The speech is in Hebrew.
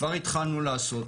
כבר התחלנו לעשות,